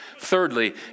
Thirdly